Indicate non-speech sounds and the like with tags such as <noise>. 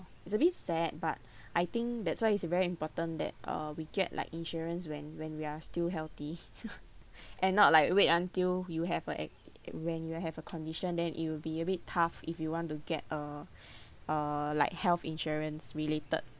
it's a bit sad but <breath> I think that's why it's very important that uh we get like insurance when when we are still healthy <laughs> and not like wait until you have a act when you have a condition then it will be a bit tough if you want to get a <breath> uh health insurance related